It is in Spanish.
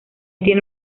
tiene